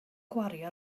gwario